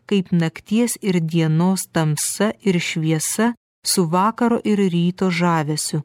kaip nakties ir dienos tamsa ir šviesa su vakaro ir ryto žavesiu